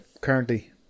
currently